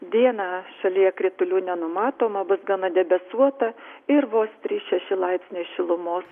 dieną šalyje kritulių nenumatoma bus gana debesuota ir vos trys šeši laipsniai šilumos